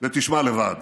ותשמע לבד.